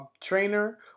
trainer